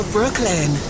Brooklyn